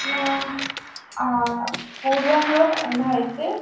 ఇ ఆ పూర్వంలో ఎలా అయితే